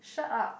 shut up